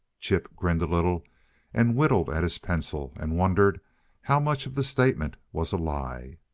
chip grinned a little and whittled at his pencil, and wondered how much of the statement was a lie.